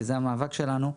כי זה המאבק שלנו.